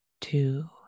Two